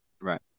Right